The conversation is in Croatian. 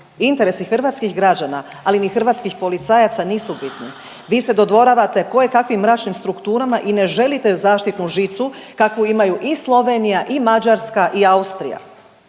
interesi hrvatskih građana, ali ni hrvatskih policajaca nisu bitni. Vi se dodvoravate kojekakvih mračnim strukturama i ne želite zaštitnu žicu kakvu imaju i Slovenija i Mađarska i Austrija.